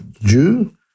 Jew